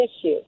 issue